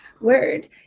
word